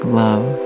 love